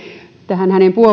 tähän hänen